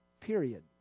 period